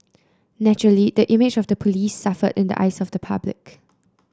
naturally the image of the police suffered in the eyes of the public